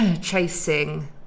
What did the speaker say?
chasing